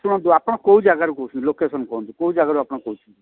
ଶୁଣନ୍ତୁ ଆପଣ କେଉଁ ଜାଗାରୁ କହୁଛନ୍ତି ଲୋକେସନ୍ କୁହନ୍ତୁ କେଉଁ ଜାଗାରୁ ଆପଣ କହୁଛନ୍ତି